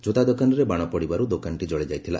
କୋତା ଦୋକାନରେ ବାଣ ପଡ଼ିବାରୁ ଦୋକାନଟି ଜଳି ଯାଇଥିଲା